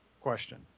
question